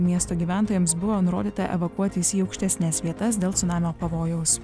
miesto gyventojams buvo nurodyta evakuotis į aukštesnes vietas dėl cunamio pavojaus